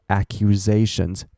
accusations